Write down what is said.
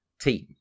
team